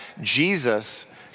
Jesus